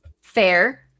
fair